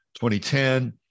2010